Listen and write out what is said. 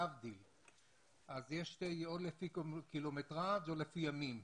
אפשר לפי קילומטרז' או לפי ימים.